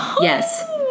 yes